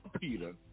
Peter